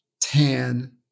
tan